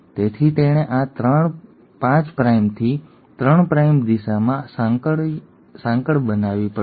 તેથી તેણે આ 5 પ્રાઇમથી 3 પ્રાઇમ દિશામાં સાંકળ બનાવવી પડશે